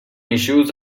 issues